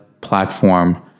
platform